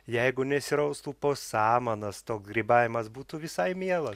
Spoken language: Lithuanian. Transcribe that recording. jeigu nesiraustų po samanas toks grybavimas būtų visai mielas